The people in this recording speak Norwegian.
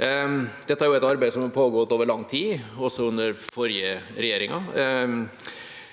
Dette er et arbeid som har pågått over lang tid, også under den forrige regjeringa.